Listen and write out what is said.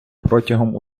протягом